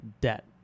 debt